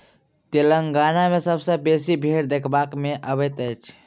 तेलंगाना मे सबसँ बेसी भेंड़ देखबा मे अबैत अछि